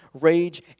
rage